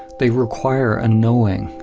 they require a knowing,